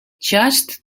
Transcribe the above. just